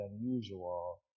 unusual